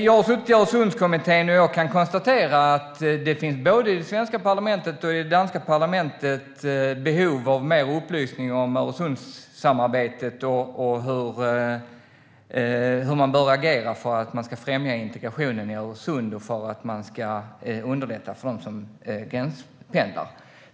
Jag har suttit i Öresundskommittén, och jag kan konstatera att det finns i både det svenska parlamentet och det danska parlamentet behov av mer upplysning om Öresundssamarbetet och hur man bör agera för att främja integrationen i Öresund och för att underlätta för dem som gränspendlar.